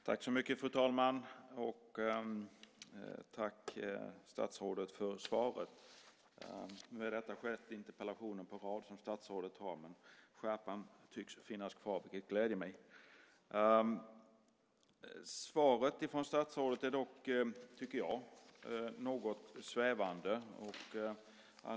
Fru talman! Jag vill tacka statsrådet för svaret. Det här är statsrådets sjätte interpellation på rad. Skärpan tycks finnas kvar, vilket gläder mig. Svaret från statsrådet är dock något svävande, tycker jag.